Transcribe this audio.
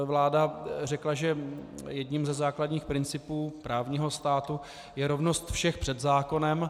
Vláda řekla, že jedním ze základních principů právního státu je rovnost všech před zákonem.